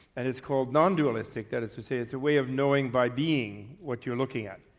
and it's called non-dualistic, that is to say it's a way of knowing by being what you're looking at.